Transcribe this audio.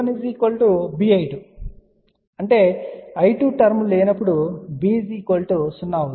ఇప్పుడు V1 B I2 అంటే I2 యొక్క టర్మ్ లేనప్పుడు B 0 అవుతుంది